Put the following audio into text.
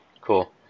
Cool